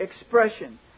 expression